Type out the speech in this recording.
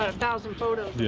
ah thousand photos. yeah.